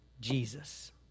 Jesus